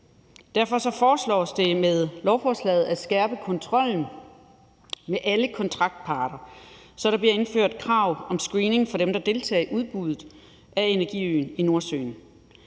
Derfor foreslås det med lovforslaget at skærpe kontrollen med alle kontraktparter, så der bliver indført krav om screening for dem, der deltager i udbuddet af energiøen i Nordsøen.